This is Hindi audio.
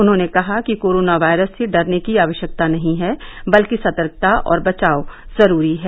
उन्होंने कहा कि कोरोना वायरस से डरने की आवश्यकता नहीं है बल्कि सतर्कता और बचाव जरूरी है